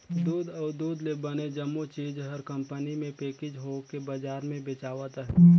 दूद अउ दूद ले बने जम्मो चीज हर कंपनी मे पेकिग होवके बजार मे बेचावत अहे